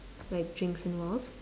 like drinks involved